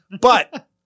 But-